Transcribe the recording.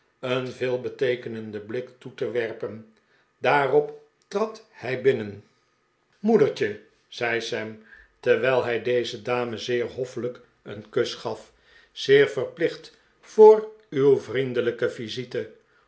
een veelbeteekenenden blik toe te werpen daarop trad hij binnen moedertje zei sam terwijl hij deze dame zeer hoffelijk een kus gaf zeer verplicht voor uw vriendelijke visite